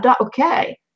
okay